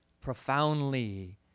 profoundly